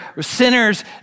sinners